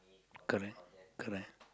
correct correct